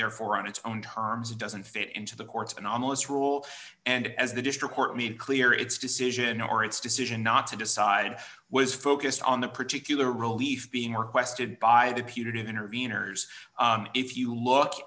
therefore on its own terms it doesn't fit into the court's and almost rule and as the district court made clear its decision or its decision not to decide was focused on the particular relief being requested by the putative interveners if you look